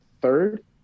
third